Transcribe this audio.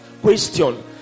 question